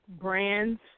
brands